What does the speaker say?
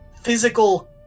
physical